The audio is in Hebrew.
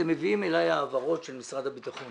אתם מביאים אליי העברות של משרד הביטחון